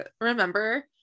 remember